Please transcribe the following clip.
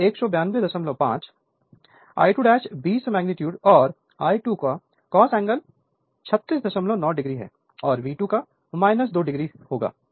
तो 1925 I2 20 magnitude और I2 का कोस एंगल 369 हैऔर V2 2 o होगा